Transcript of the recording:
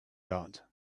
that